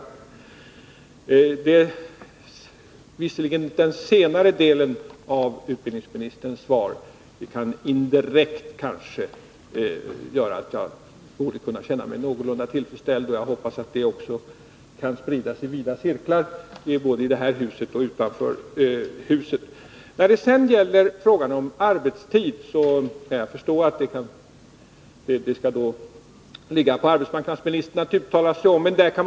Den senare delen av utbildningsministerns svar innebär indirekt att jag känner mig någorlunda tillfredsställd, och jag hoppas att det sprider sig i vida cirklar både inom och utanför detta hus. När det gäller frågan om arbetstid förstår jag att det ligger på arbetsmarknadsministern att uttala sig om den.